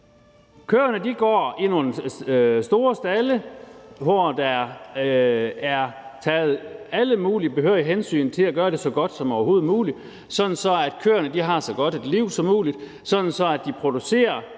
Køerne går i nogle store stalde, hvor der er taget alle mulige behørige hensyn til at gøre det så godt som overhovedet muligt, sådan at køerne har så godt et liv som muligt, sådan at de producerer